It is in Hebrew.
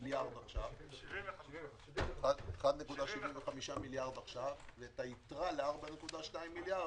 מיליארד עכשיו, ואת היתרה ל-4.2 מיליארד